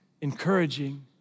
encouraging